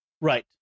Right